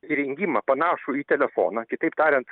įrengimą panašų į telefoną kitaip tariant